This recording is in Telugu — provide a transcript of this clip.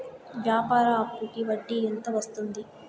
వ్యాపార అప్పుకి వడ్డీ ఎంత వస్తుంది?